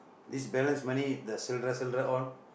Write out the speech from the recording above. this balance money the சில்லறை சில்லறை:sillarai sillarai all